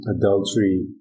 adultery